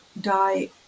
die